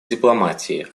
дипломатии